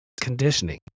conditioning